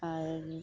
ᱟᱨ